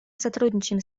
сотрудничаем